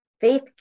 faith